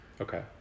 Okay